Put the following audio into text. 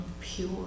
pure